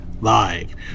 live